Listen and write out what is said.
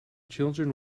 children